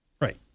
Right